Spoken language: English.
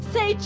Say